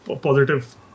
positive